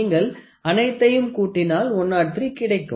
நீங்கள் அனைத்தையும் கூட்டினால் 103 கிடைக்கும்